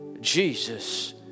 Jesus